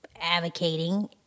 advocating